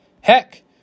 Heck